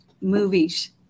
movies